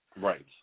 Right